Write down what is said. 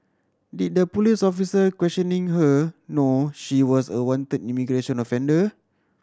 did the police officer questioning her know she was a wanted immigration offender